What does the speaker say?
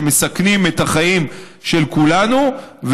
שמסכנים את החיים של כולנו,